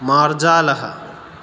मार्जालः